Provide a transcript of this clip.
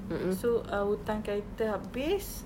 so err hutang kereta habis